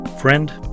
friend